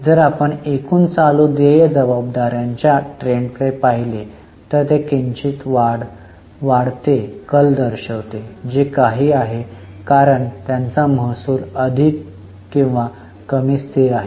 जर आपण एकूण चालू देय जबाबदाऱ्याच्या ट्रेंडकडे पाहिले तर ते किंचित वाढते कल दर्शविते जे काही आहे कारण त्यांचा महसूल अधिक किंवा कमी स्थिर आहे